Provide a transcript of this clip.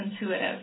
intuitive